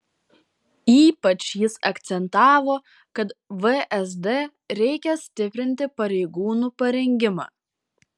ypač jis akcentavo kad vsd reikia stiprinti pareigūnų parengimą